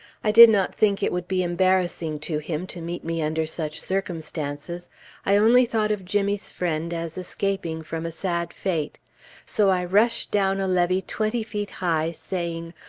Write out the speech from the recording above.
i did not think it would be embarrassing to him to meet me under such circumstances i only thought of jimmy's friend as escaping from a sad fate so i rushed down a levee twenty feet high, saying,